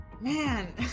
Man